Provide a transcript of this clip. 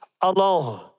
alone